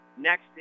Next